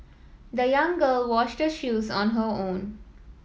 the young girl washed her shoes on her own